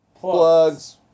Plugs